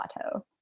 plateau